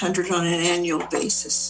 hundred on an annual basis